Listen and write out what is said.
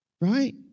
right